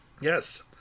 Yes